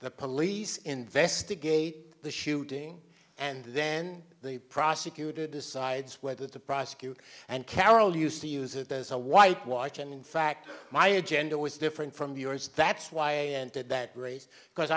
the police investigate the shooting and then the prosecutor decides whether to prosecute and carol used to use it as a white watch and in fact my agenda was different from yours that's why i did that race because